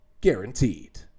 guaranteed